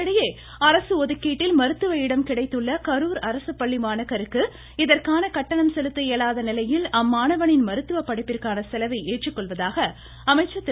இதனிடையே அரசு ஒதுக்கீட்டில் மருத்துவ இடம் கிடைத்துள்ள கரூர் அரசு பள்ளி மாணவருக்கு இதற்கான கட்டணம் செலுத்த இயலாத நிலையில் அம்மாணவனின் மருத்துவ படிப்பிற்கான செலவை ஏற்றுக்கொள்வதாக அமைச்சர் திரு